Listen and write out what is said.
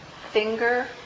Finger